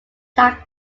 task